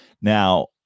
Now